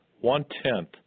one-tenth